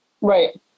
right